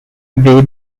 way